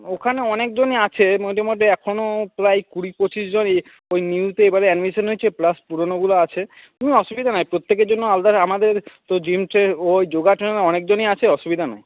ওখানে অনেকজনই আছে মধ্যে মধ্যে এখনো প্রায় কুড়ি পঁচিশজন ওই নিউতে এবারে অ্যাডমিশান হয়েছে প্লাস পুরনোগুলো আছে আসুবিধা নেই প্রত্যেকের জন্য আমাদের জিমসের ওই যোগা ট্রেনার অনেকজনই আছে অসুবিধা নাই